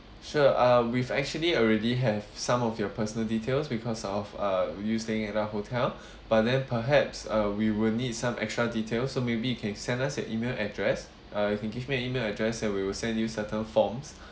sure uh we've actually already have some of your personal details because of uh you staying at our hotel but then perhaps uh we will need some extra details so maybe you can send us a email address uh you can give me email address and we will send you certain forms